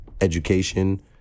education